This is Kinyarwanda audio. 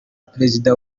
prezida